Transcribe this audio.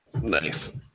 nice